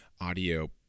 audio